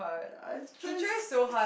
I try s~